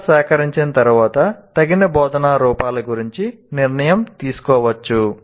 data సేకరించిన తర్వాత తగిన బోధనా రూపాల గురించి నిర్ణయం తీసుకోవచ్చు